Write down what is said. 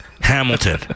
Hamilton